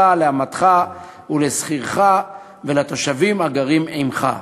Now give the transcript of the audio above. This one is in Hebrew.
ולאמתך ולשכירך ולתושבך הגרים עמך",